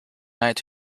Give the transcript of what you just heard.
night